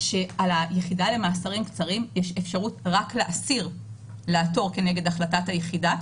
שעל היחידה למאסרים קצרים יש אפשרות רק לאסיר לעתור כנגד החלטת היחידה.